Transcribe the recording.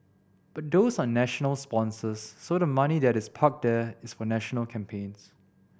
but those are national sponsors so the money that is parked there is for national campaigns